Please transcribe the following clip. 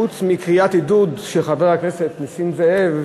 חוץ מקריאת עידוד של חבר הכנסת נסים זאב,